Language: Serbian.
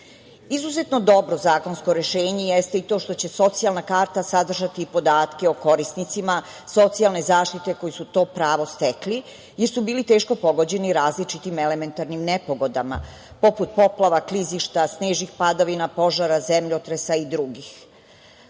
zaštite. Izuzetno dobro zakonsko rešenje jeste i to što će socijalna karta sadržati podatke o korisnicima socijalne zaštite koji su to pravo stekli, jer su bili teško pogođeni različitim elementarnim nepogodama poput poplava, klizišta, snežnih padavina, požara, zemljotresa i drugih.